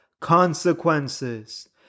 consequences